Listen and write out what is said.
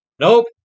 Nope